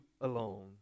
alone